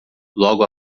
logo